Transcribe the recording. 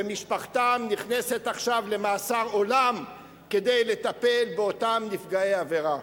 ומשפחתם נכנסת עכשיו למאסר עולם כדי לטפל באותם נפגעי עבירה.